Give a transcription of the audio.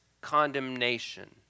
condemnation